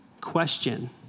question